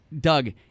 Doug